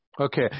Okay